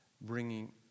Bringing